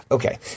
Okay